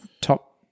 top